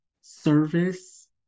service